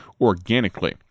organically